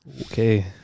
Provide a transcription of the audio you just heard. Okay